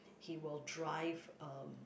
he will drive uh